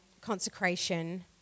consecration